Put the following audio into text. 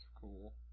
cool